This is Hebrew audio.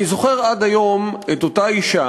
אני זוכר עד היום את אותה אישה,